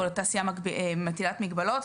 או לתעשייה מטילת מגבלות.